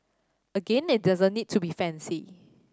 again it doesn't need to be fancy